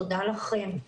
תודה לכם.